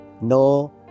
no